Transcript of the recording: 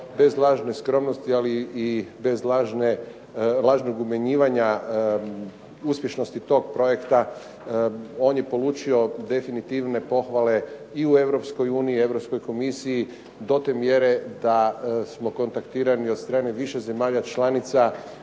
bez lažne skromnosti ali i bez lažnog umanjivanja uspješnosti tog projekta, on je polučio definitivne pohvale i u Europskoj uniji i Europskoj komisiji, do te mjere da smo kontaktirani od strane više zemalja članica,